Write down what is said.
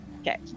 Okay